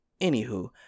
Anywho